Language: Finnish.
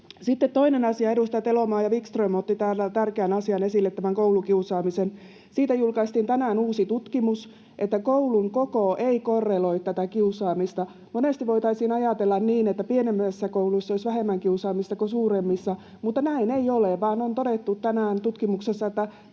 toinen asia. Edustajat Elomaa ja Wickström ottivat täällä tärkeän asian esille, tämän koulukiusaamisen. Siitä julkaistiin tänään uusi tutkimus, että koulun koko ei korreloi tähän kiusaamiseen. Monesti voitaisiin ajatella niin, että pienemmissä kouluissa olisi vähemmän kiusaamista kuin suuremmissa, mutta näin ei ole, vaan on todettu tänään tutkimuksessa,